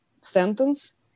sentence